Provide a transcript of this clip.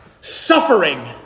suffering